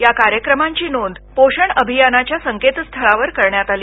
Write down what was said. या कार्यक्रमांची नोंद पोषण अभियानाच्या संकेतस्थळावर करण्यात आली